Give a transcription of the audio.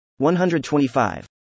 125